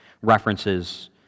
references